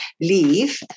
leave